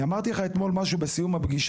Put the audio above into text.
אני אמרתי לך משהו אתמול בסיום הפגישה,